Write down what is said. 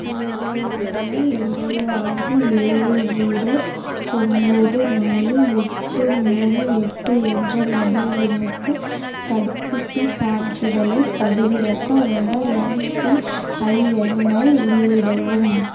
ஏழு ஒன்று ஏழு ஆறு ஏழு ஜீரோ ஒம்பது நாலு எட்டு மூணு எட்டு என்ற மொபைல் எண்ணுக்கு தடுப்பூசி சான்றிதழை பதிவிறக்க உங்கள் எம்பி ஐஎன் ஐ உள்ளிடவும்